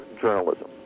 journalism